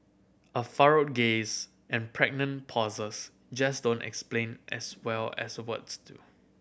a furrowed gaze and pregnant pauses just don't explain as well as words do